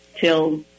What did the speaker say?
till